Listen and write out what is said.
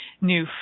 new